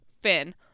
Finn